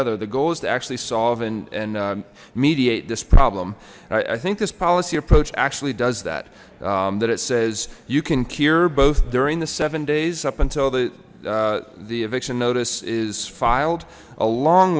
other the goal is to actually solve and mediate this problem i think this policy approach actually does that that it says you can cure both during the seven days up until the the eviction notice is filed along